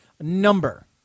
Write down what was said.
number